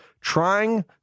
Trying